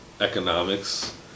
economics